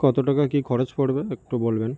কত টাকা কী খরচ পড়বে একটু বলবেন